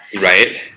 Right